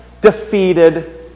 defeated